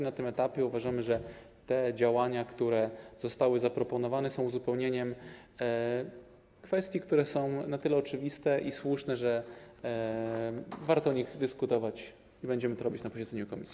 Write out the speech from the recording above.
Na tym etapie uważamy, że te działania, które zostały zaproponowane, są uzupełnieniem kwestii, które są na tyle oczywiste i słuszne, że warto o nich dyskutować, i będziemy to robić na posiedzeniu komisji.